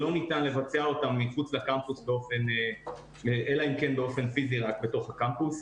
לא ניתן לבצע אותן מחוץ לקמפוס אלא אם כן באופן פיזי רק בתוך הקמפוס.